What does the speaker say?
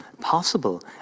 possible